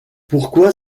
pourquoi